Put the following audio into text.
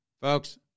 Folks